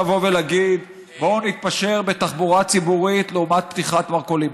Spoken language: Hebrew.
אפשר לבוא ולהגיד: בואו נתפשר על תחבורה ציבורית לעומת פתיחת מרכולים.